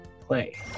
play